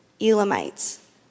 Elamites